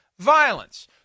Violence